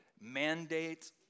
mandate